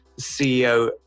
CEO